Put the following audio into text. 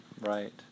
Right